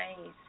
Nice